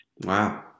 Wow